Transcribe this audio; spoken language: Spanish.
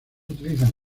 utilizan